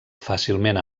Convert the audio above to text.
fàcilment